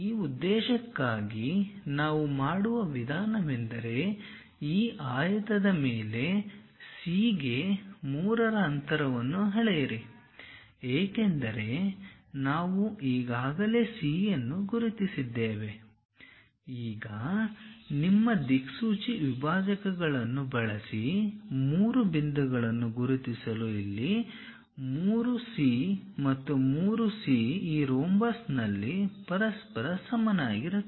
ಆ ಉದ್ದೇಶಕ್ಕಾಗಿ ನಾವು ಮಾಡುವ ವಿಧಾನವೆಂದರೆ ಈ ಆಯತದ ಮೇಲೆ C ಗೆ 3 ರ ಅಂತರವನ್ನು ಅಳೆಯಿರಿ ಏಕೆಂದರೆ ನಾವು ಈಗಾಗಲೇ C ಅನ್ನು ಗುರುತಿಸಿದ್ದೇವೆ ಈಗ ನಿಮ್ಮ ದಿಕ್ಸೂಚಿ ವಿಭಾಜಕಗಳನ್ನು ಬಳಸಿ ಮೂರು ಬಿಂದುಗಳನ್ನು ಗುರುತಿಸಲು ಇಲ್ಲಿ 3 C ಮತ್ತು 3 C ಈ ರೋಂಬಸ್ನಲ್ಲಿ ಪರಸ್ಪರ ಸಮಾನವಾಗಿರುತ್ತದೆ